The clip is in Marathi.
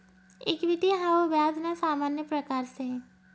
इक्विटी हाऊ व्याज ना सामान्य प्रकारसे